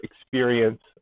experience